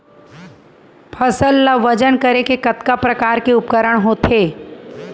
फसल ला वजन करे के कतका प्रकार के उपकरण होथे?